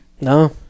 No